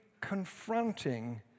confronting